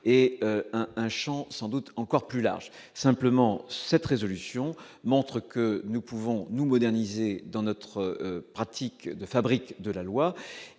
un un Champ sans doute encore plus large, simplement cette résolution montre que nous pouvons nous moderniser dans notre pratique de fabrique de la loi